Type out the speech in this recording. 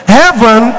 heaven